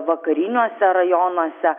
vakariniuose rajonuose